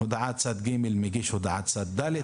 הודעת צד ג' מגיש הודעת צד ד',